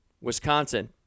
Wisconsin